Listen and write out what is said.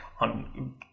on